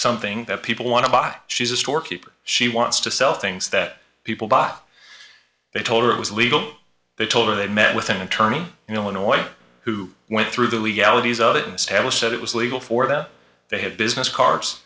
something that people want to buy she's a storekeeper she wants to sell things that people bought they told her it was legal they told her they met with an attorney illinois who went through the legalities of it in establish that it was legal for them they had business cards